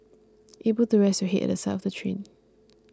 able to rest your head at the side of the train